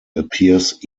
appears